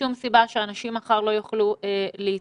אין שום סיבה שאנשים מחר לא יוכלו להתנייד,